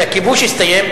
שהכיבוש יסתיים,